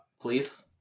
please